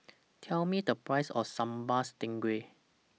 Tell Me The Price of Sambal Stingray